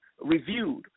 reviewed